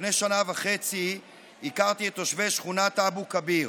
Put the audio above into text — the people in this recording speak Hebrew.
לפני שנה וחצי הכרתי את תושבי שכונת אבו כביר.